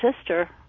sister